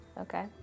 Okay